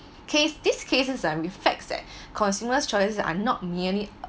case these cases are reflects that consumers' choice are not nearly